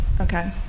Okay